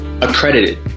accredited